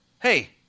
hey